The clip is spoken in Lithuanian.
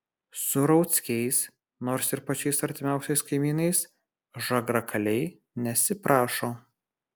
su rauckiais nors ir pačiais artimiausiais kaimynais žagrakaliai nesiprašo